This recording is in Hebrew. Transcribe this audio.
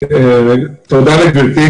תודה לגברתי.